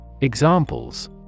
Examples